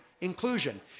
inclusion